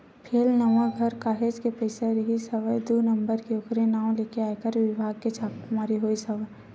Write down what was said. फेलनवा घर काहेच के पइसा रिहिस हवय दू नंबर के ओखर नांव लेके आयकर बिभाग के छापामारी होइस हवय